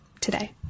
today